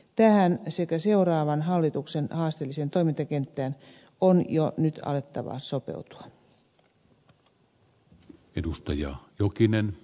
tähän sekä seuraavan hallituk sen haasteelliseen toimintakenttään on jo nyt alettava sopeutua